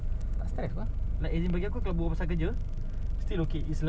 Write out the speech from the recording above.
eh best ah bro hari tu aku tengah on the phone dengan adam